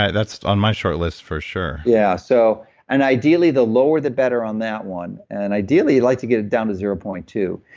that's on my short list for sure yeah. so and ideally the lower the better on that one. and ideally you'd like to get it down to zero point two.